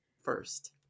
first